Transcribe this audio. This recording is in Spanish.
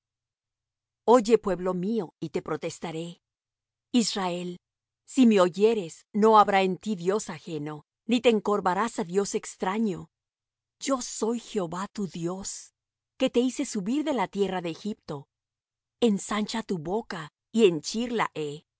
oye pueblo mío y te protestaré israel si me oyeres no habrá en ti dios ajeno ni te encorvarás á dios extraño yo soy jehová tu dios que te hice subir de la tierra de egipto ensancha tu boca y henchirla